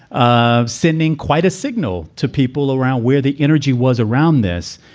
ah sending quite a signal to people around where the energy was around this.